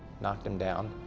knocked him down.